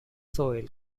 soil